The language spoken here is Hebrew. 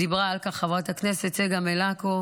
דיברה על כך חברת הכנסת צגה מלקו,